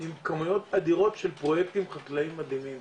עם כמויות אדירות של פרוייקטים חקלאיים מדהימים.